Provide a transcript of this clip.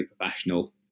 professional